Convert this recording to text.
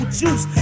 juice